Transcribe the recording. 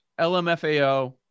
LMFAO